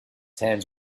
hands